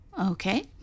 Okay